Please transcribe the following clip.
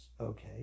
okay